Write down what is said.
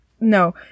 No